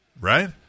Right